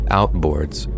outboards